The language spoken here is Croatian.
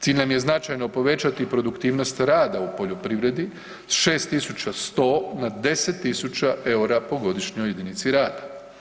Cilj nam je značajno povećati produktivnost rada u poljoprivredi s 6.100 na 10.000 EUR-a po godišnjoj jedinici rada.